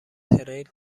تریل